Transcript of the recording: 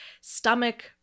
stomach